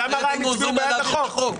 --- בעד החוק.